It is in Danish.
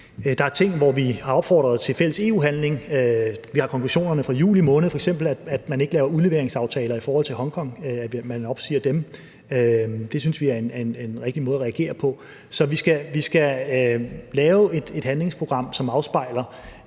der er ting, hvor vi har opfordret til fælles EU-handling. Vi har konklusionerne fra juli måned, f.eks. at man ikke laver udleveringsaftaler i forhold til Hongkong, og at man opsiger dem. Det synes vi er en rigtig måde at reagere på. Så vi skal lave et handlingsprogram, som afspejler